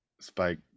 Spike